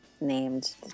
named